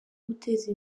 guteza